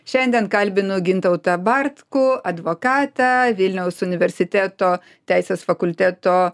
šiandien kalbinu gintautą bartkų advokatą vilniaus universiteto teisės fakulteto